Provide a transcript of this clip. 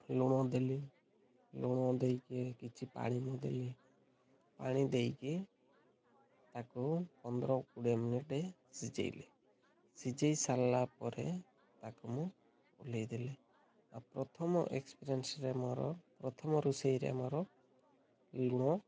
ଲୁଣ ଦେଲି ଲୁଣ ଦେଇକି କିଛି ପାଣି ମୁଁ ଦେଲି ପାଣି ଦେଇକି ତାକୁ ପନ୍ଦର କୋଡ଼ିଏ ମିନିଟ ସିଝାଇଲେ ସିଝାଇ ସାରିଲା ପରେ ତାକୁ ମୁଁ ଓହ୍ଲାଇଦେଲି ଆଉ ପ୍ରଥମ ଏକ୍ସପିରିଏନ୍ସରେ ମୋର ପ୍ରଥମ ରୋଷେଇରେ ମୋର ଲୁଣ